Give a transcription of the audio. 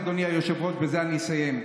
אדוני היושב-ראש, בזה אסיים,